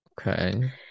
Okay